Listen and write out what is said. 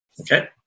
Okay